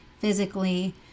physically